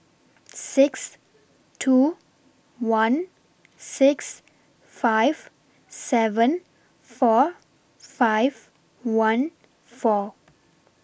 six two one six five seven four five one four